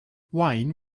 wine